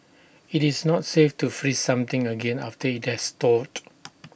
IT is not safe to freeze something again after IT has thawed